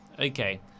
Okay